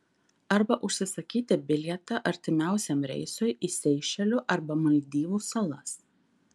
arba užsisakyti bilietą artimiausiam reisui į seišelių arba maldyvų salas